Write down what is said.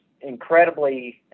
incredibly